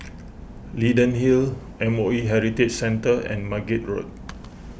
Leyden Hill M O E Heritage Centre and Margate Road